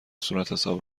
صورتحساب